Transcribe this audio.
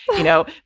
you know,